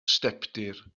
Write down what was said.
stepdir